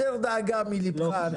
הסר דאגה מלבך.